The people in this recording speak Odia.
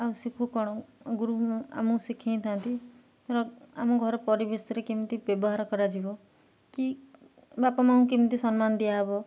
ଆଉ ଶିଖୁ କ'ଣ ଗୁରୁ ଆମକୁ ଶିଖାଇଥାନ୍ତି ଧର ଆମ ଘର ପରିବେଶରେ କେମିତି ବ୍ୟବହାର କରାଯିବ କି ବାପା ମା'ଙ୍କୁ କେମିତି ସମ୍ମାନ ଦିଆହବ